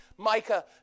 Micah